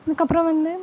அதுக்கப்புறம் வந்து